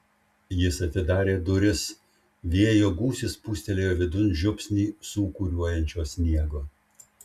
jis atidarė duris vėjo gūsis pūstelėjo vidun žiupsnį sūkuriuojančio sniego